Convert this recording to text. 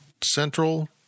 central